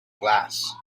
glass